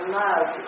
love